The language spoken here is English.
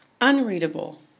unreadable